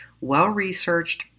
well-researched